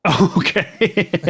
okay